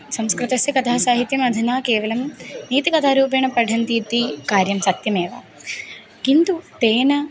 संस्कृतस्य कथासाहित्यम् अधुना केवलं नीतिकथा रूपेण पठन्ति इति कार्यं सत्यमेव किन्तु तेन